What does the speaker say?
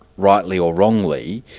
rightly or wrongly,